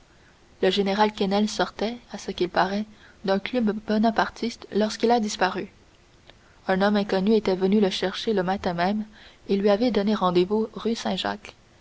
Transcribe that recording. le général quesnel sortait à ce qu'il paraît d'un club bonapartiste lorsqu'il a disparu un homme inconnu était venu le chercher le matin même et lui avait donné rendez-vous rue saint-jacques